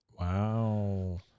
Wow